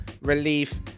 relief